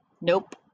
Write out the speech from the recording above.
Nope